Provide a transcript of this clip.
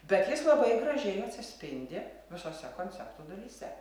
bet jis labai gražiai atsispindi visose konceptų dalyse